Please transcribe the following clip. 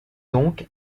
donc